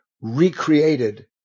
recreated